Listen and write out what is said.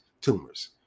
tumors